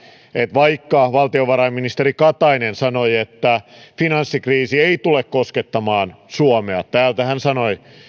vaikka valtiovarainministeri katainen sanoi että finanssikriisi ei tule koskettamaan suomea täältä hän